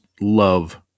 love